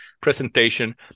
presentation